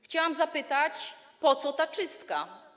Chciałbym zapytać: Po co ta czystka?